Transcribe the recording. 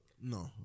No